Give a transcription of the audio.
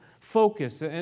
focus